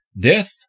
Death